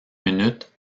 minute